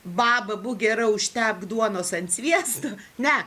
baba būk gera užtepk duonos ant sviesto ne